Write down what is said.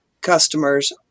customers